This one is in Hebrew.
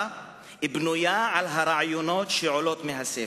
מציג בנויה על הרעיונות שעולים מהספר.